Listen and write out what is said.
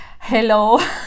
hello